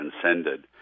transcended